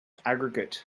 aggregate